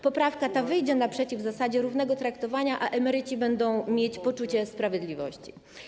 Poprawka ta wyjdzie naprzeciw zasadzie równego traktowania, a emeryci będą mieć poczucie sprawiedliwości.